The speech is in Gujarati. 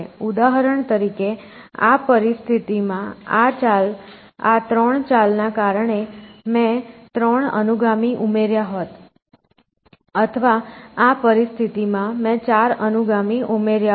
ઉદાહરણ તરીકે આ પરિસ્થિતિમાં આ 3 ચાલના કારણે મેં ત્રણ અનુગામી ઉમેર્યા હોત અથવા આ પરિસ્થિતિમાં મેં ચાર અનુગામી ઉમેર્યા હોત